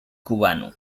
cubano